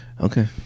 Okay